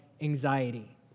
anxiety